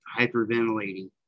hyperventilating